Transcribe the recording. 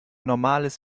normales